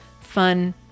fun